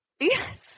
yes